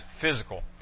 physical